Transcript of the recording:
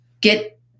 get